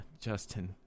Justin